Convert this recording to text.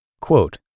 Quote